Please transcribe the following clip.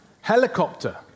helicopter